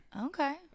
Okay